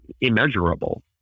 immeasurable